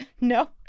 no